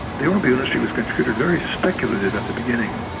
the automobile industry was considered very speculative at the beginning,